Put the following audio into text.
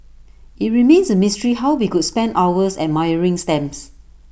IT remains A mystery how we could spend hours admiring stamps